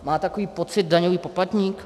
Má takový pocit daňový poplatník?